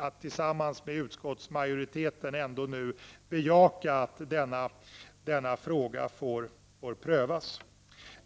att tillsammans med utskottsmajoriteten ändå bejaka att denna fråga får prövas.